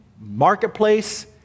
marketplace